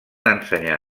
ensenyar